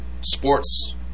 sports